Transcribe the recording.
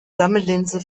sammellinse